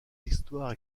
histoires